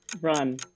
Run